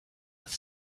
with